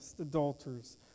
adulterers